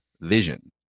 vision